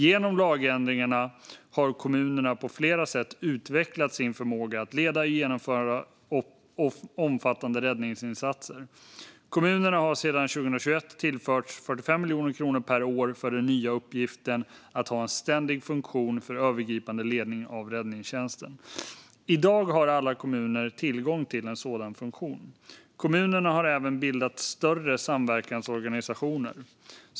Genom lagändringarna har kommunerna på flera sätt utvecklat sin förmåga att leda och genomföra omfattande räddningsinsatser. Kommunerna har sedan 2021 tillförts 45 miljoner kronor per år för den nya uppgiften att ha en ständig funktion för övergripande ledning av räddningstjänsten. I dag har alla kommuner tillgång till en sådan funktion. Kommunerna har även bildat större samverkansorganisationer.